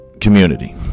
Community